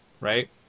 right